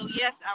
yes